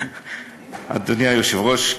אדוני היושב-ראש,